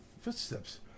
footsteps